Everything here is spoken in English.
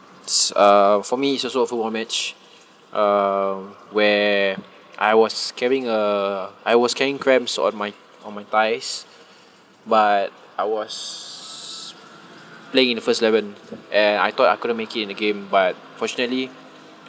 s~ uh for me it's also a football match uh where I was having a I was having cramps on my on my thighs but I was playing in the first eleven and I thought I couldn't make it in the game but fortunately